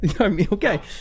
okay